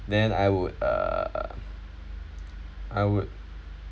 then I would err I would